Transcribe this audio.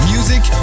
Music